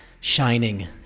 shining